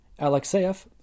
Alexeyev